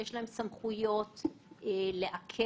יש להם סמכויות לעכב,